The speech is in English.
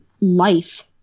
life